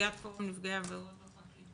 נציגת חוק נפגעי עבירות בפרקליטות,